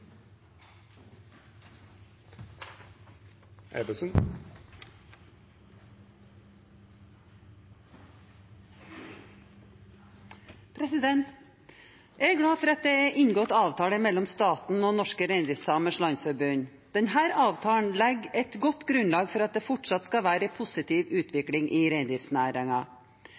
til. Jeg er glad for at det er inngått avtale mellom staten og Norske Reindriftsamers Landsforbund. Denne avtalen legger et godt grunnlag for at det fortsatt skal være en positiv utvikling i